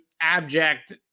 abject